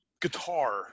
guitar